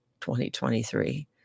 2023